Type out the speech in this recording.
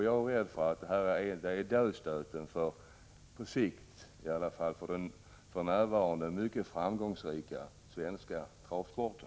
Jag är rädd för att detta på sikt blir dödsstöten för den för närvarande mycket framgångsrika svenska travsporten.